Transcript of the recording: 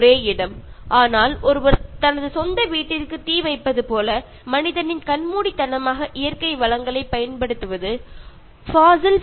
ഒരു അച്ചടക്കവുമില്ലാതെയുള്ള മനുഷ്യന്റെ പ്രകൃതി വിഭവങ്ങളുടെ ചൂഷണം ഉദാഹരണത്തിന് ജൈവ ഇന്ധനങ്ങളുടെയും വെള്ളത്തിന്റെയും ഓക്സിജന്റെയും ഉപയോഗം